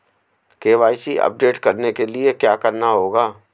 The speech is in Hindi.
के.वाई.सी अपडेट करने के लिए क्या करना होगा?